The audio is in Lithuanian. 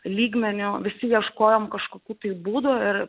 lygmeniu visi ieškojom kažkokių tai būdų ir